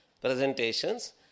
presentations